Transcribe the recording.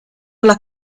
alla